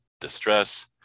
distress